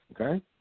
okay